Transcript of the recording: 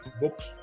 books